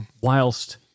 whilst